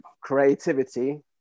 Creativity